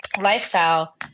lifestyle